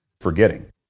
forgetting